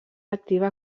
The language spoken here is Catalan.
activa